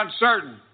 uncertain